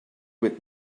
with